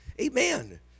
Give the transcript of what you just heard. Amen